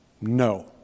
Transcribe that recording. No